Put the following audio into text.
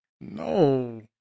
No